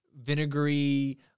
vinegary